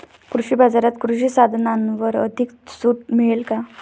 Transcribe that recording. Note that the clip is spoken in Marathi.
कृषी बाजारात कृषी साधनांवर अधिक सूट मिळेल का?